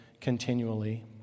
continually